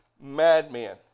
madman